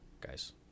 guys